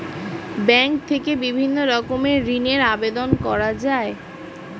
bank থেকে বিভিন্ন রকমের ঋণের আবেদন করা যায়